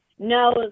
No